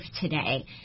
today